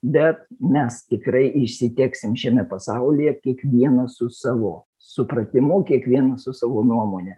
bet mes tikrai išsiteksim šiame pasaulyje kiekvienas su savo supratimu kiekvienas su savo nuomone